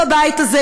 בבית הזה,